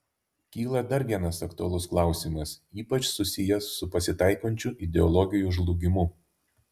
kyla dar vienas aktualus klausimas ypač susijęs su pasitaikančiu ideologijų žlugimu